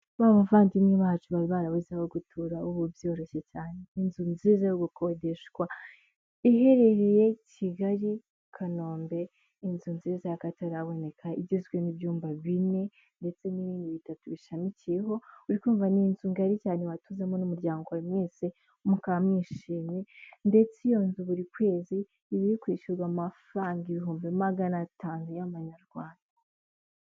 Ba bavandimwe bacu bari barabuze aho gutura ubu byoroshye cyane. Inzu nziza yo gukodeshwa iherereye Kigali, Kanombe. Inzu nziza y'akataraboneka igizwe n'ibyumba bine ndetse n'ibindi bitatu bishamikiyeho. Urikumva, n'inzu ngari cyane watuzemo n'umuryango wawe mwese mukaba mwishimye, ndetse iyo nzu buri kwezi iba iri kwishyurwa amafaranga ibihumbi magana atanu y'amanyarwanda.